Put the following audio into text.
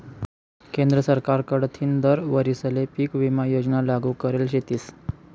केंद्र सरकार कडथीन दर वरीसले पीक विमा योजना लागू करेल शेतीस